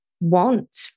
want